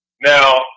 Now